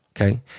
okay